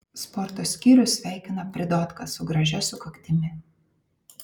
sporto skyrius sveikina pridotką su gražia sukaktimi